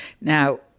Now